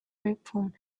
gryphon